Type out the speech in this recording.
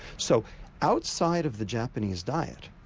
so outside of the japanese diet,